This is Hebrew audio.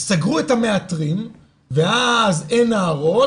סגרו את המאתרים ואז אין נערות.